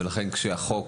ולכן כשהחוק